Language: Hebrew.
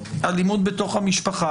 אלימות בתוך המשפחה,